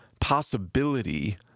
possibility